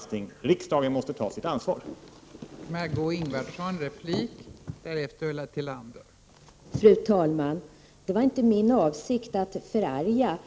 1988/89:44